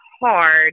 hard